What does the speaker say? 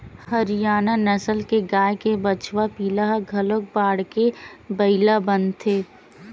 हरियाना नसल के गाय के बछवा पिला ह घलोक बाड़के बइला बनथे